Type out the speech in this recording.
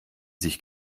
sich